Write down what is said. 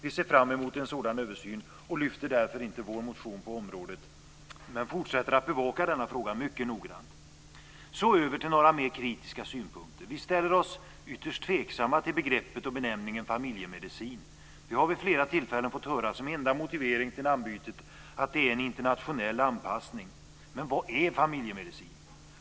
Vi ser fram emot en sådan översyn och lyfter därför inte fram vår motion på området. Men vi fortsätter att bevaka denna fråga mycket noggrant. Jag går så över till några mer kritiska synpunkter. Vi ställer oss ytterst tveksamma till begreppet och benämningen familjemedicin. Vi har vid flera tillfällen fått höra, som enda motivering till namnbytet, att det är en internationellt anpassning. Men vad är familjemedicin?